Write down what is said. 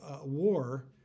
war